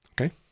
Okay